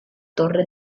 torre